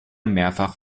mehrfach